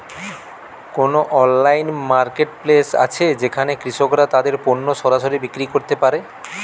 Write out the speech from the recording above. কোন online marketplace আছে যেখানে কৃষকরা তাদের পণ্য সরাসরি বিক্রি করতে পারে?